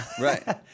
right